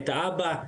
את האבא,